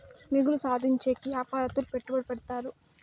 మిగులు సాధించేకి యాపారత్తులు పెట్టుబడి పెడతారు